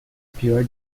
pior